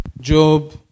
Job